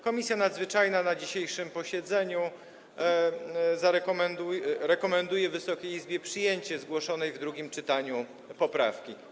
Komisja Nadzwyczajna po dzisiejszym posiedzeniu rekomenduje Wysokiej Izbie przyjęcie zgłoszonej w drugim czytaniu poprawki.